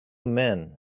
men